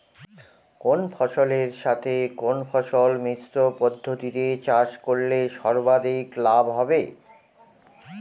কোন ফসলের সাথে কোন ফসল মিশ্র পদ্ধতিতে চাষ করলে সর্বাধিক লাভ হবে?